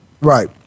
Right